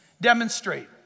Demonstrate